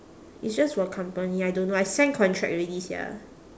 it's just for a company I don't know I sign contract already sia